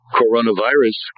coronavirus